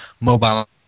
mobile